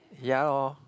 ya lor